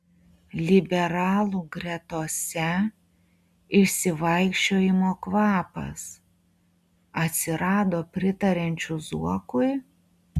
liberalų gretose išsivaikščiojimo kvapas atsirado pritariančių zuokui